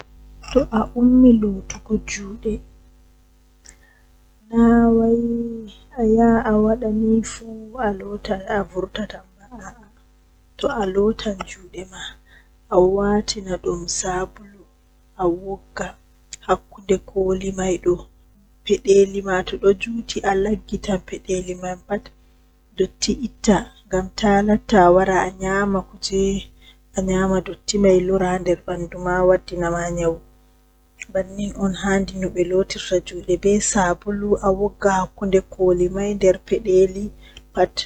Naye, Tati, Ɗidi, Gotel, Joye, Sappo, Jweetati, Jweenay, Jweedidi, Jeego, Sappo e nay, Sappo e joye, Sappo e didi, Sappo e go'o, Sappo e tati.